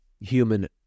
human